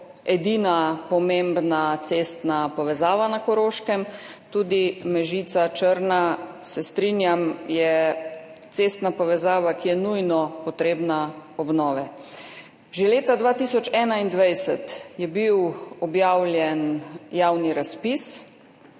edina pomembna cestna povezava na Koroškem. Tudi Mežica–Črna, se strinjam, je cestna povezava, ki je nujno potrebna obnove. Že leta 2021 je bil objavljen javni razpis.